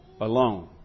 alone